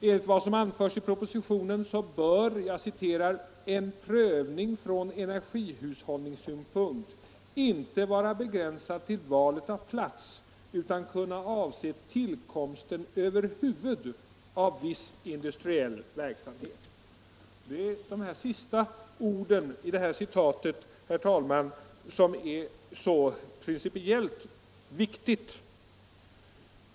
Enligt vad som anförts i propositionen bör ”en prövning från energihushållningssynpunkt ——-=— inte vara begränsad till valet av plats utan kunna avse tillkomsten över huvud av viss industriell verksamhet”. Det är de sista orden i det här citatet, herr talman, som är så principiellt viktiga.